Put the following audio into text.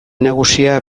nagusia